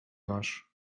masz